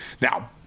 Now